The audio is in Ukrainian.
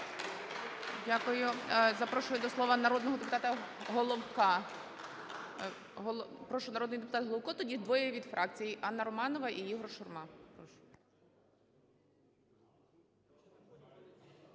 Дякую. Запрошую до слова народного депутата Головка. Прошу, народний депутат Головко. Тоді двоє від фракцій: Анна Романова і Ігор Шурма.